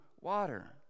water